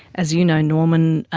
as you know, norman,